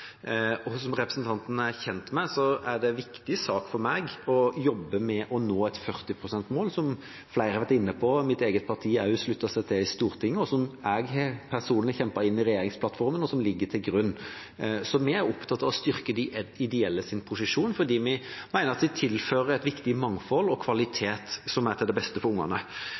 Som representanten er kjent med, er det en viktig sak for meg å jobbe med å nå et 40-prosentmål, som flere har vært inne på at mitt eget parti også har sluttet seg til i Stortinget, som jeg personlig kjempet inn i regjeringsplattformen, og som ligger til grunn. Vi er opptatt av å styrke de ideelles posisjon fordi vi mener at de tilfører et viktig mangfold og en kvalitet som er til det beste for ungene.